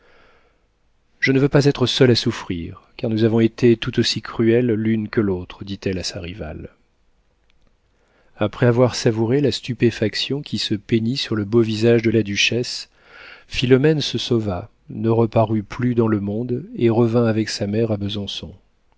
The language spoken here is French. je ne veux pas être seule à souffrir car nous avons été tout aussi cruelles l'une que l'autre dit-elle à sa rivale après avoir savouré la stupéfaction qui se peignit sur le beau visage de la duchesse philomène se sauva ne reparut plus dans le monde et revint avec sa mère à besançon